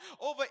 over